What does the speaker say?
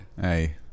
Hey